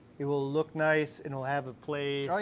it will look nice, and it'll have a place,